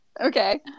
Okay